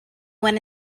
went